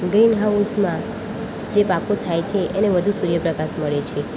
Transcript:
green હાઉસમાં જે પાકો થાય છે એને વધુ સૂર્યપ્રકાશ મળે છે